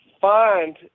find